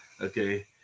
okay